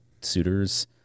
suitors